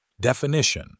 Definition